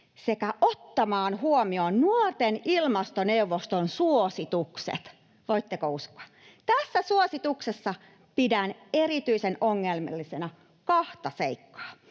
sekä ottamaan huomioon nuorten ilmastoneuvoston suositukset — voitteko uskoa? Tässä suosituksessa pidän erityisen ongelmallisena kahta seikkaa.